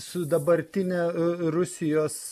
su dabartine rusijos